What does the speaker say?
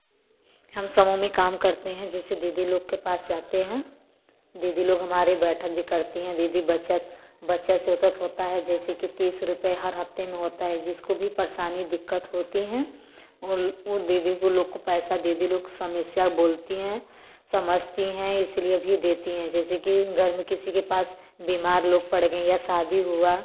हम समूह में काम करते हैं जैसे दीदी लोग के पास जाते हैं दीदी लोग हमारी बैठक भी करती हैं दीदी बचत बचत सोतत होता है जैसे कि तीस रुपए हर हफ्ते में होता है जिसको भी परेशानी दिक्कत होती है उ दीदी को लोग को पैसा दीदी लोग समस्या बोलती हैं समझती हैं इसलिए भी देती है जैसे कि घर में किसी के पास बीमार लोग पड़ गए या शादी हुआ